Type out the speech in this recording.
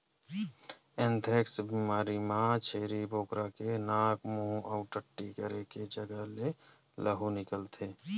anthrax बेमारी म छेरी बोकरा के नाक, मूंह अउ टट्टी करे के जघा ले लहू निकलथे